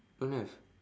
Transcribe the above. don't have